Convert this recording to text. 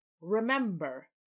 remember